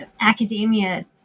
academia